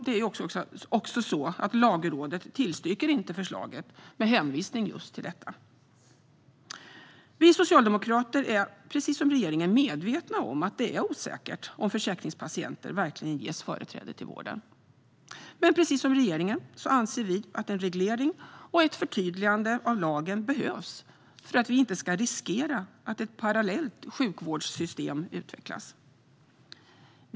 Det är också så att Lagrådet inte tillstyrker förslaget med hänvisning just till detta. Vi socialdemokrater är precis som regeringen medvetna om att det är osäkert om försäkringspatienter verkligen ges företräde till vården. Men precis som regeringen anser vi att en reglering och ett förtydligande av lagen behövs för att vi inte ska riskera att ett parallellt sjukvårdssystem utvecklas.